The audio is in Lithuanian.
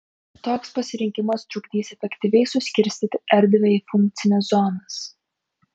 toks pasirinkimas trukdys efektyviai suskirstyti erdvę į funkcines zonas